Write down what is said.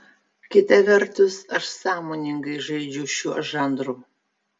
kita vertus aš sąmoningai žaidžiu šiuo žanru